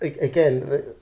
Again